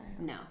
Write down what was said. No